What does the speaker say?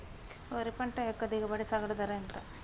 వరి పంట యొక్క దిగుబడి సగటు ధర ఎంత?